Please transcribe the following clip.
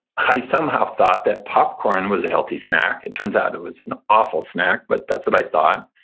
i somehow thought that popcorn was a healthy snack. it turns out it was an awful snack. but that's what i thought.